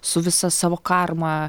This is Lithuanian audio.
su visa savo karma